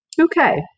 Okay